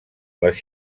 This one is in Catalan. les